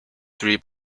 three